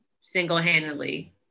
single-handedly